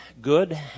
good